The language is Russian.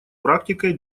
практикой